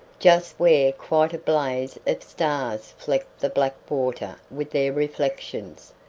just where quite a blaze of stars flecked the black water with their reflections,